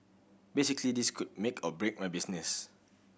basically this could make or break my business